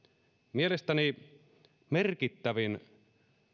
mielestäni merkittävin